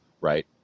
Right